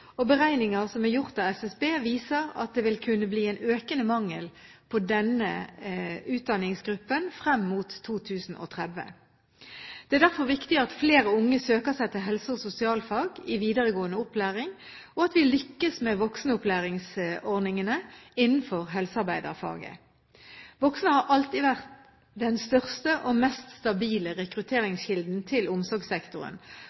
og beregninger som er gjort av SSB, viser at det vil kunne bli en økende mangel på denne utdanningsgruppen frem mot 2030. Det er derfor viktig at flere unge søker seg til helse- og sosialfag i videregående opplæring, og at vi lykkes med voksenopplæringsordningene innenfor helsearbeiderfaget. Voksne har alltid vært den største og mest stabile